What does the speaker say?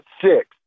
Six